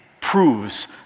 proves